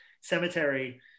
cemetery